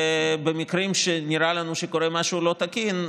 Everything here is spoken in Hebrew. ובמקרים שנראה לנו שקורה משהו לא תקין,